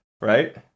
right